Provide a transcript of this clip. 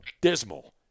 dismal